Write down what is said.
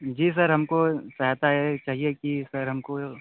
जी sir हमको सहायता ये चाहिए की सर हमको